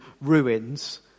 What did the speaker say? ruins